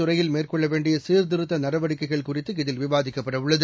துறையில் மேற்கொள்ள வேண்டிய சீர்த்திருத்த நடவடிக்கைகள் குறித்து இதில் இதில் இந்த விவாதிக்கப்பட உள்ளது